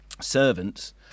servants